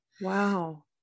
Wow